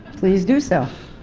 please do so.